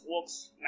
works